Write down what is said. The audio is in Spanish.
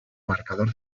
marcador